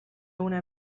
una